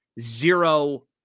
Zero